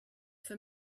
for